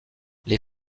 les